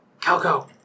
Calco